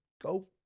go